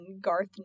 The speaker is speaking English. Garth